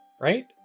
right